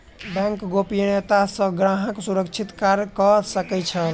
bank गोपनियता सॅ ग्राहक सुरक्षित कार्य कअ सकै छै